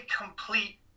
complete